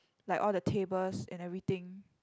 like all the tables and everything